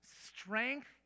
strength